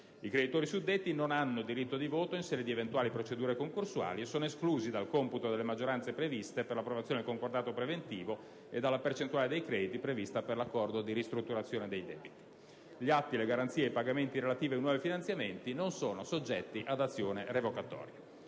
I creditori suddetti non hanno diritto di voto in sede di eventuali procedure concorsuali e sono esclusi dal computo delle maggioranze previste per l'approvazione del concordato preventivo e dalla percentuale dei crediti prevista per l'accordo di ristrutturazione dei debiti. Gli atti, le garanzie ed i pagamenti relativi ai nuovi finanziamenti non sono soggetti ad azione revocatoria.